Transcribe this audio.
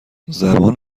زبان